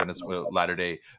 Latter-day